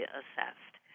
assessed